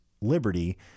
liberty